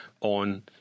on